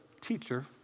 teacher